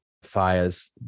fires